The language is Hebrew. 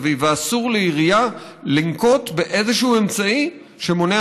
ואסור לעירייה לנקוט איזשהו אמצעי שמונע